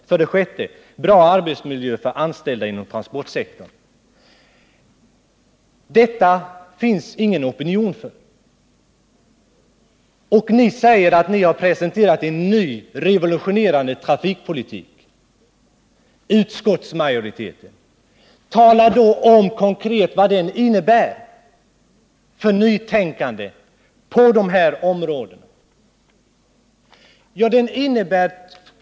Bra arbetsmiljö för anställda inom transportsektorn krävs. Detta skulle det inte finnas någon opinion för! Och utskottsmajoriteten påstår att den har presenterat en ny, revolutionerande trafikpolitik! Tala då om vad den konkret innebär för nytänkande på de här områdena!